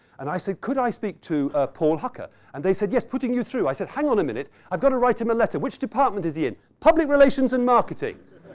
and i said, could i speak to paul hucker? and they said, yes. putting you through. i said, hang on a minute. i've got to write him a letter. which department is he in? public relations and marketing.